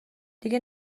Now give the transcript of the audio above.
دیگه